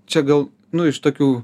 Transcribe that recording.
čia gal nu iš tokių